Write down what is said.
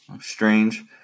strange